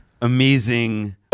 amazing